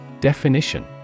Definition